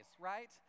right